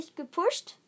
gepusht